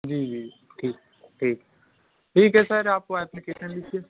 जी जी ठीक ठीक ठीक है सर आप वो एप्लीकेशन लिख के